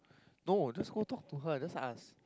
no just go talk to her and just ask